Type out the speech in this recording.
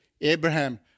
Abraham